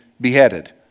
beheaded